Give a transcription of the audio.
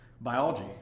Biology